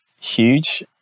huge